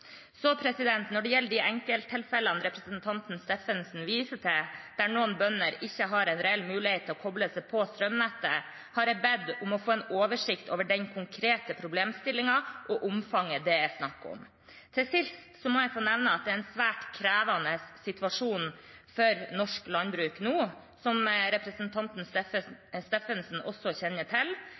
Når det gjelder de enkelttilfellene representanten Steffensen viser til, der noen bønder ikke har en reell mulighet til å koble seg på strømnettet, har jeg bedt om å få en oversikt over den konkrete problemstillingen og omfanget det er snakk om. Til sist må jeg få nevne at det er en svært krevende situasjon for norsk landbruk nå, som representanten Steffensen også kjenner til,